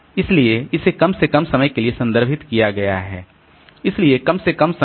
इसलिए इसे कम से कम समय के लिए संदर्भित किया गया है इसलिए कम से कम समय